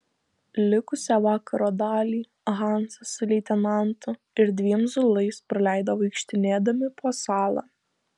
likusią vakaro dalį hansas su leitenantu ir dviem zulais praleido vaikštinėdami po salą